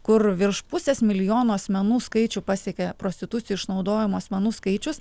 kur virš pusės milijono asmenų skaičių pasiekė prostitucija išnaudojamų asmenų skaičius